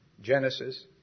Genesis